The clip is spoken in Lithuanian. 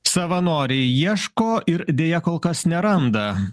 savanoriai ieško ir deja kol kas neranda